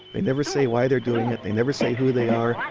they never say why they are doing it. they never say who they are.